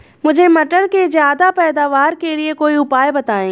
मुझे मटर के ज्यादा पैदावार के लिए कोई उपाय बताए?